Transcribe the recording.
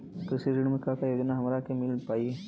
कृषि ऋण मे का का योजना हमरा के मिल पाई?